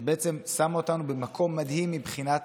שבעצם שמה אותנו במקום מדהים מבחינת